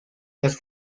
las